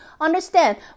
Understand